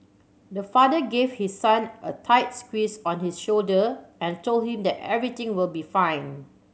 the father gave his son a tight squeeze on his shoulder and told him that everything will be fine